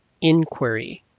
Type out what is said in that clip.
inquiry